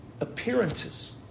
Appearances